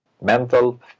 mental